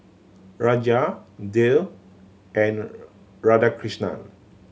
Raja Dev and Radhakrishnan